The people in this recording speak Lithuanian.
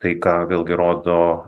tai ką vėlgi rodo